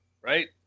Right